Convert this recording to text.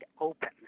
open